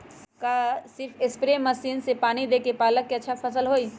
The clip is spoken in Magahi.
का सिर्फ सप्रे मशीन से पानी देके पालक के अच्छा फसल होई?